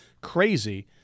crazy